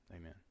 Amen